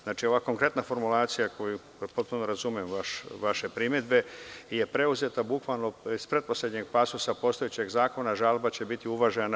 Znači, ova konkretna formulacija, potpuno razumem vaše primedbe, je preuzeta bukvalno iz pretposlednjeg pasusa postojećeg zakona, a žalba će biti uvažena.